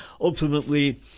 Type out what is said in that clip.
ultimately